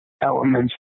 elements